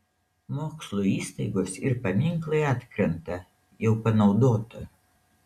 mokslo įstaigos ir paminklai atkrenta jau panaudota